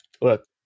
Look